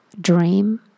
Dream